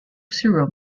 serum